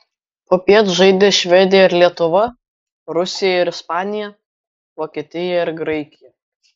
popiet žaidė švedija ir lietuva rusija ir ispanija vokietija ir graikija